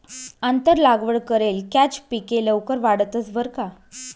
आंतर लागवड करेल कॅच पिके लवकर वाढतंस बरं का